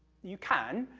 you can,